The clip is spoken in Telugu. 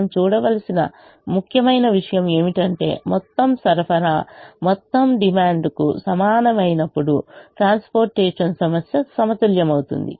మనం చూడవలసిన ముఖ్యమైన విషయం ఏమిటంటే మొత్తం సరఫరా మొత్తం డిమాండ్కు సమానమైనప్పుడు ట్రాన్స్పోర్టేషన్ సమస్య సమతుల్యమవుతుంది